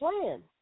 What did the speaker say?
plan